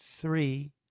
three